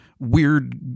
Weird